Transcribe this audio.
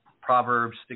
proverbs